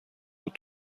بود